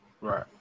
Right